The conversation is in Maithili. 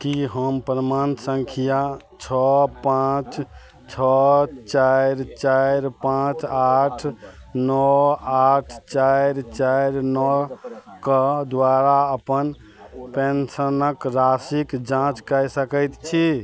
कि हम प्राण सँख्या छओ पाँच छओ चारि चारि पाँच आठ नओ आठ चारि चारि नओके द्वारा अपन पेन्शनके राशिके जाँच कै सकै छी